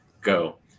go